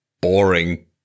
boring